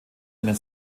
einen